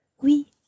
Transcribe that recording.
Oui